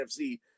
NFC